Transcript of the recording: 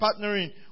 partnering